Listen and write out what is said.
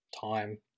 time